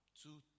two